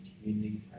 community